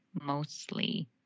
mostly